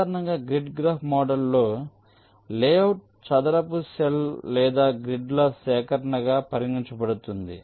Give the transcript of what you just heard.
సాధారణంగా grid graph మోడల్లో layout చదరపు సెల్ లు లేదా గ్రిడ్ ల సేకరణగా పరిగణించబడుతుంది